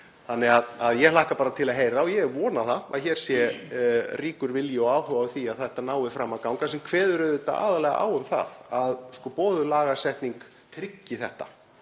það hér. Ég hlakka bara til að heyra og vona að hér sé ríkur vilji og áhugi á því að þetta nái fram að ganga, sem kveður auðvitað aðallega á um að boðuð lagasetning tryggi þetta.